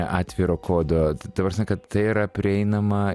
atviro kodo ta prasme kad tai yra prieinama